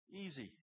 easy